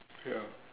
ya